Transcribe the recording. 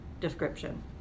description